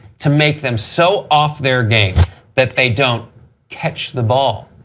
to make them so off their game that they don't catch the ball.